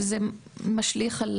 וזה משליך על